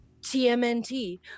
Tmnt